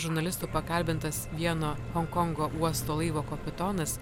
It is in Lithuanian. žurnalistų pakalbintas vieno honkongo uosto laivo kapitonas